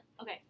Okay